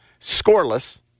scoreless